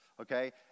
Okay